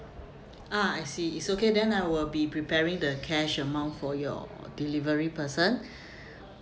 ah I see it's okay then I will be preparing the cash amount for your delivery person